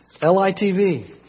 L-I-T-V